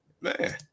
Man